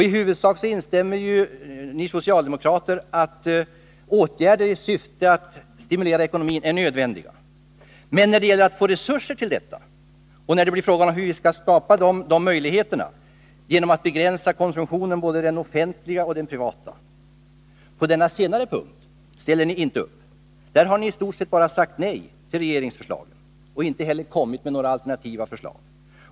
I huvudsak instämmer ju ni socialdemokrater i att åtgärder i syfte att stimulera ekonomin är nödvändiga. Men när det sedan gäller att få resurser till detta och när det blir fråga om att skapa de nödvändiga förutsättningarna genom att begränsa konsumtionen — både den offentliga och den privata — då ställer ni inte upp. Ni har i stort sett bara sagt nej till regeringens förslag, och ni har inte kommit med några alternativa förslag.